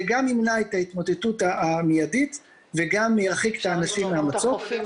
זה גם ימנע את ההתמוטטות המיידית וגם ירחיק את האנשים מהמצוק.